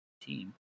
team